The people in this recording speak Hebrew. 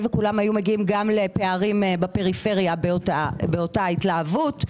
שכולם היו מגיעים גם לפערים בפריפריה באותה התלהבות.